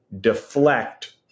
deflect